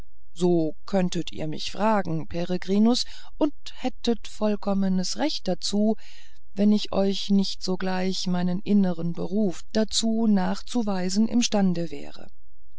so könntet ihr mich fragen peregrinus und hättet vollkommenes recht dazu wenn ich euch nicht sogleich meinen innern beruf dazu nachzuweisen imstande wäre